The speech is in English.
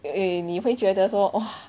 eh 你会觉得说 !whoa!